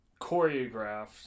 choreographed